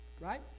Right